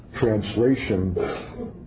translation